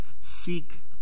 Seek